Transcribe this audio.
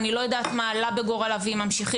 אני לא יודעת מה עלה בגורלה ואם ממשיכים,